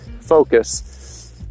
focus